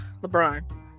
LeBron